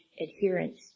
adherence